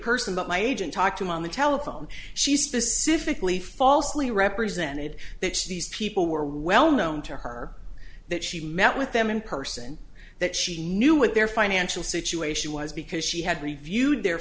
person but my agent talked to him on the telephone she specifically falsely represented that these people were well known to her that she met with them in person that she knew what their financial situation was because she had reviewed their